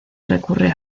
recurre